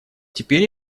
теперь